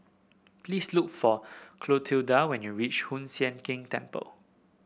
please look for Clotilda when you reach Hoon Sian Keng Temple